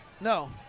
No